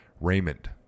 Raymond